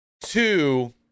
two